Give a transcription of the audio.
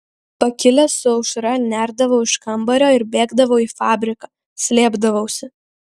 pakilęs su aušra nerdavau iš kambario ir bėgdavau į fabriką slėpdavausi